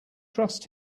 trust